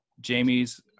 jamie's